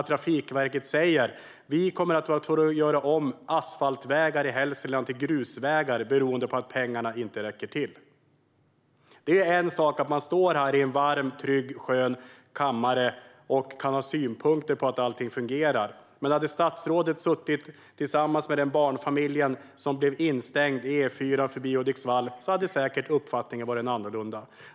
Trafikverket säger att de kommer att vara tvungna att göra om asfaltsvägar i Hälsingland till grusvägar beroende på att pengarna inte räcker till. Det är en sak att stå här i en varm, skön och trygg kammare och ha synpunkter på att allting fungerar. Men om statsrådet hade suttit tillsammans med den barnfamilj som blev instängd på E4 förbi Hudiksvall skulle säkert uppfattningen ha varit annorlunda.